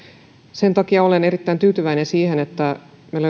sen takia olen erittäin tyytyväinen siihen että